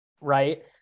Right